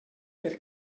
per